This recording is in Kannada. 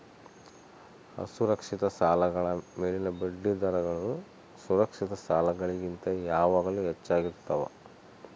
ಅಸುರಕ್ಷಿತ ಸಾಲಗಳ ಮೇಲಿನ ಬಡ್ಡಿದರಗಳು ಸುರಕ್ಷಿತ ಸಾಲಗಳಿಗಿಂತ ಯಾವಾಗಲೂ ಹೆಚ್ಚಾಗಿರ್ತವ